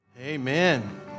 Amen